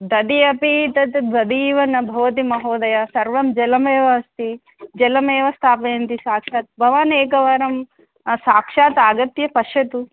दधि अपि तत् दधि इव न भवति महोदय सर्वं जलमेव अस्ति जलमेव स्थापयन्ति साक्षात् भवान् एकवारं साक्षात् आगत्य पश्यतु